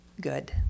good